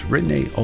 Renee